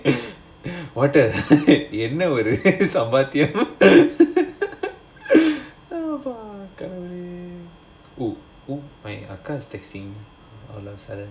what the heck என்ன ஒரு சாமர்த்தியம்:enna oru saamarthiyam oh oh my அக்கா:akka is texting me